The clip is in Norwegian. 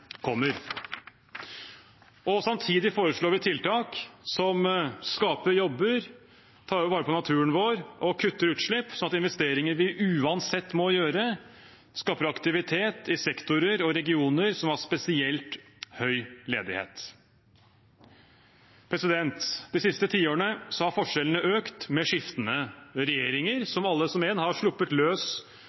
Samtidig foreslår vi tiltak som skaper jobber, tar vare på naturen vår og kutter utslipp, sånn at investeringer vi uansett må gjøre, skaper aktivitet i sektorer og regioner som har spesielt høy ledighet. De siste tiårene har forskjellene økt med skiftende regjeringer, som alle som én har sluppet løs